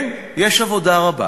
כן, יש עבודה רבה.